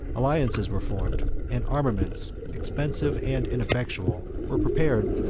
alliances were formed and armaments, expensive and ineffectual, were prepared,